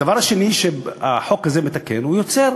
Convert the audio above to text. הדבר השני שהחוק הזה מתקן, הוא יוצר